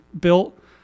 built